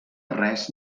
res